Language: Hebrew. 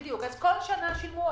על שנה שילמו,